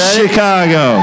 Chicago